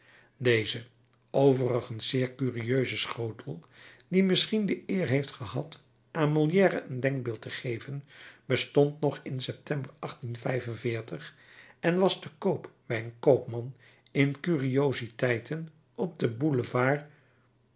deze overigens zeer curieuse schotel die misschien de eer heeft gehad aan molière een denkbeeld te geven bestond nog in september en was te koop bij een koopman in curiositeiten op den boulevard